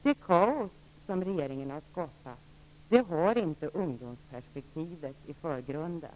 Det kaos som regeringen har skapat har inte ungdomsperspektivet i förgrunden.